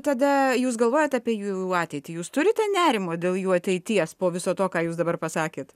tada jūs galvojat apie jų ateitį jūs turite nerimo dėl jų ateities po viso to ką jūs dabar pasakėt